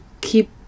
keep